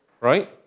Right